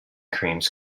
creams